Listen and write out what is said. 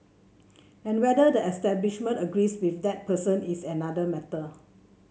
and whether the establishment agrees with that person is another matter